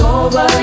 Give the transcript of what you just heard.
over